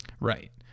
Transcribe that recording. Right